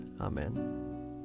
Amen